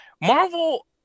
Marvel